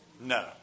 No